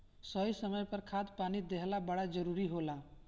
सही समय पर खाद पानी देहल बड़ा जरूरी होला